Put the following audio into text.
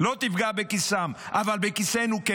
לא תפגע בכיסו, אבל בכיסנו כן.